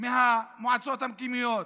מהמועצות המקומיות.